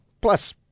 plus